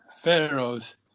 Pharaoh's